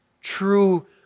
true